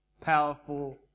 powerful